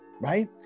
right